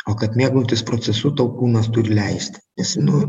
o kad mėgautis procesu tau kūnas turi leisti nes nu